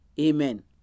amen